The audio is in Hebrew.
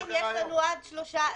עדיין יש לנו עד 3 בדצמבר.